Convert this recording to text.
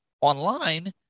online